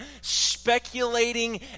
speculating